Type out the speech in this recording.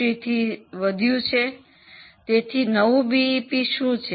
50 થી વધ્યું છે તેથી નવું બીઈપી શું છે